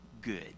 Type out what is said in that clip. good